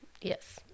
Yes